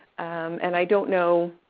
and i don't know,